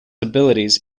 abilities